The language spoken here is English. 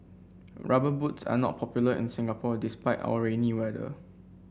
rubber boots are not popular in Singapore despite our rainy weather